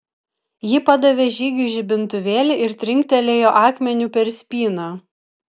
ji padavė žygiui žibintuvėlį ir trinktelėjo akmeniu per spyną